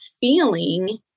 feeling